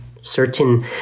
certain